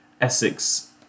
Essex